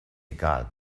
egal